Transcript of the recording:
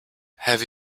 have